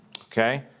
okay